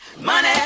Money